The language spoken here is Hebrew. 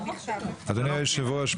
אדוני היושב ראש,